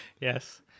Yes